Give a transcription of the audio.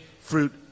fruit